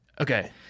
okay